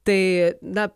tai na